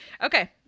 Okay